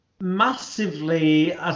massively